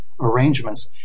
arrangements